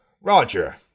Roger